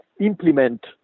implement